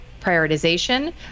prioritization